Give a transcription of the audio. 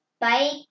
bike